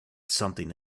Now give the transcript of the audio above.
something